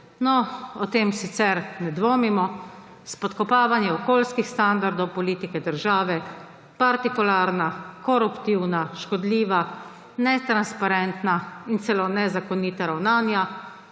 O tem sicer ne dvomimo. Spodkopavanje okoljskih standardov politike, države, partikularna, koruptivna, škodljiva, netransparentna in celo nezakonita ravnanja,